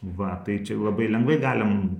va tai čia labai lengvai galim